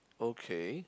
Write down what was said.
okay